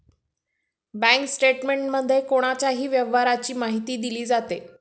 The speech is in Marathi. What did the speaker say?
बँक स्टेटमेंटमध्ये कोणाच्याही व्यवहाराची माहिती दिली जाते